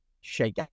shake